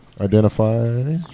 Identify